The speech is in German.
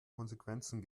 konsequenzen